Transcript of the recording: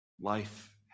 Life